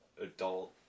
adult